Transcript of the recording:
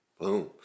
Boom